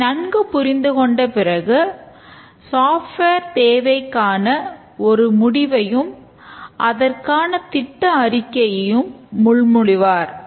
இதை நன்கு புரிந்து கொண்ட பிறகு சாஃப்ட்வேர் தேவைக்கான ஒரு முடிவையும் அதற்கான திட்ட அறிக்கையையும் முன்மொழிவார்